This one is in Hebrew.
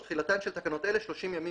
"תחילה תחילתן של תקנות אלה 30 ימים